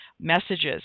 messages